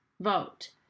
vote